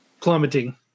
plummeting